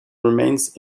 remains